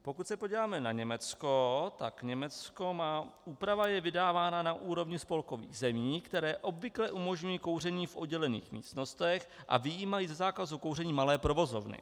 Pokud se podíváme na Německo, tak úprava je vydávána na úrovni spolkových zemí, které obvykle umožňují kouření v oddělených místnostech a vyjímají ze zákazu kouření malé provozovny.